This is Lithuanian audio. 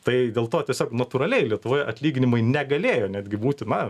tai dėl to tiesiog natūraliai lietuvoje atlyginimai negalėjo netgi būti na